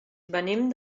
venim